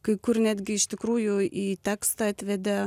kai kur netgi iš tikrųjų į tekstą atvedė